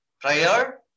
prayer